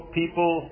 people